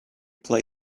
play